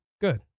good